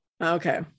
Okay